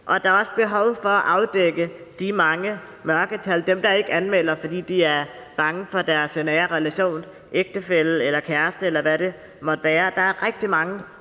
Og der er også behov for at afdække de mange mørketal, altså dem, der ikke anmelder det, fordi de er bange for deres nære relation – en ægtefælle, kæreste, eller hvad det måtte være. Der er rigtig mange